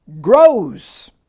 grows